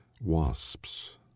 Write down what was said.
Wasps